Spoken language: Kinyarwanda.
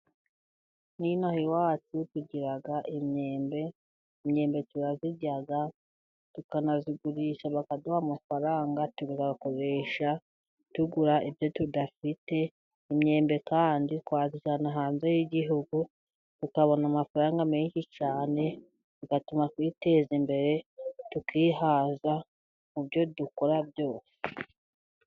N'inaha iwacu tugira imyembe， imyembe turayirya， tukanayigurisha bakaduha amafaranga，tuyakoresha tugura ibyo tudafite. Imyembe kandi twayijyana hanze y'igihugu， tukabona amafaranga menshi cyane， igatuma twiteza imbere， tukihaza mu byo dukora byose.